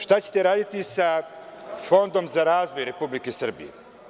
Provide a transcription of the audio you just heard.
Šta ćete raditi sa Fondom za razvoj Republike Srbije?